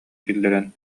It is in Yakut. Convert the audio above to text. киллэрэн